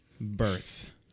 Birth